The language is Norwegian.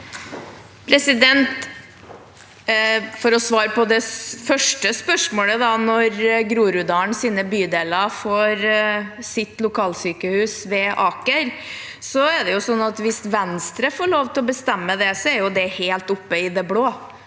For å svare på det første spørsmålet, om når Groruddalens bydeler får sitt lokalsykehus ved Aker, er det jo sånn at hvis Venstre får lov til å bestemme det, er det helt i det blå.